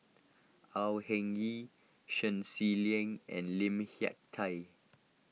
Au Hing Yee Shen Xi Lim and Lim Hak Tai